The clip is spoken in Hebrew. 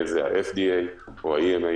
יהיה זה ה-FDA או ה-EMA,